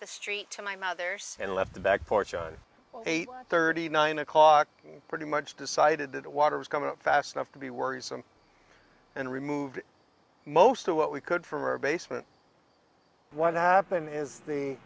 the street to my mother's and left the back porch on eight thirty nine o'clock pretty much decided that the water was coming up fast enough to be worrisome and removed most of what we could for basement what happen is the